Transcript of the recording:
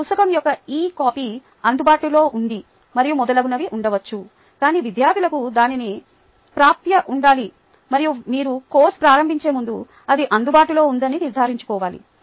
పుస్తకం యొక్క e copy అందుబాటులో ఉంది మరియు మొదలగునవి ఉండవచ్చు కాని విద్యార్థులకు దానికి ప్రాప్యత ఉండాలి మరియు మీరు కోర్సు ప్రారంభించే ముందు అది అందుబాటులో ఉందని నిర్ధారించుకోవాలి